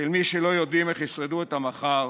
לא יודעים איך ישרדו את המחר,